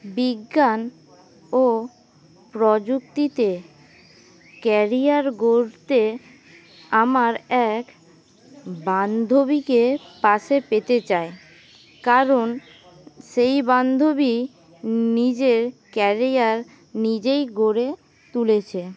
বিজ্ঞান ও প্রযুক্তিতে কেরিয়ার গড়তে আমার এক বান্ধবীকে পাশে পেতে চাই কারণ সেই বান্ধবী নিজের কেরিয়ার নিজেই গড়ে তুলেছে